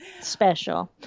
special